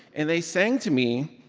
and they sang to me,